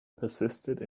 persisted